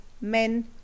men